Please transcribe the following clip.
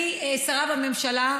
אני שרה בממשלה,